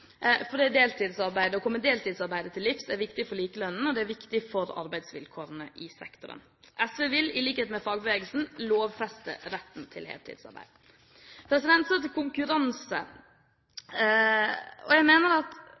For det å komme deltidsarbeid til livs er viktig for likelønn, og det er viktig for arbeidsvilkårene i sektoren. SV vil i likhet med fagbevegelsen lovfeste retten til heltidsarbeid. Så til konkurranse. Jeg mener at